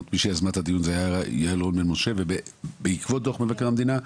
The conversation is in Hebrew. מי שיזמה את הדיון זו הייתה יעל רון בן משה בעקבות דוח מבקר המדינה.